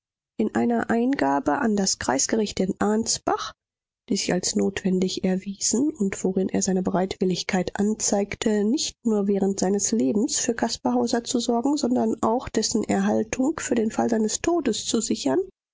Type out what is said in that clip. in einer eingabe an das kreisgericht in ansbach die sich als notwendig erwiesen und worin er seine bereitwilligkeit anzeigte nicht nur während seines lebens für caspar hauser zu sorgen sondern auch dessen erhaltung für den fall seines todes zu sichern